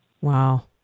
Wow